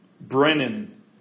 Brennan